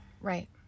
Right